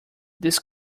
this